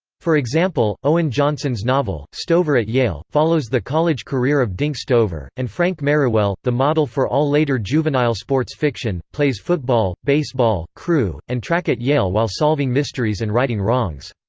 for example, owen johnson's novel, stover at yale, follows the college career of dink stover, and frank merriwell, the model for all later juvenile sports fiction, plays football, baseball, crew, and track at yale while solving mysteries and righting wrongs.